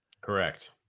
Correct